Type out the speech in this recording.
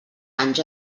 anys